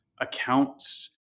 accounts